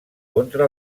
contra